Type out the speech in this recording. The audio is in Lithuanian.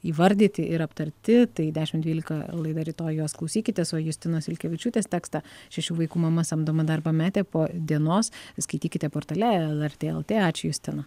įvardyti ir aptarti tai dešim dvylika laida rytoj jos klausykitės o justinos ilkevičiūtės tekstą šešių vaikų mama samdomą darbą metė po dienos skaitykite portale lrt lt ačiū justina